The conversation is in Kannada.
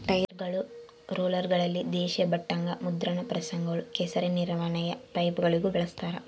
ಟೈರ್ಗಳು ರೋಲರ್ಗಳಲ್ಲಿ ದೇಶೀಯ ಬಟ್ಟೆಗ ಮುದ್ರಣ ಪ್ರೆಸ್ಗಳು ಕೆಸರಿನ ನಿರ್ವಹಣೆಯ ಪೈಪ್ಗಳಿಗೂ ಬಳಸ್ತಾರ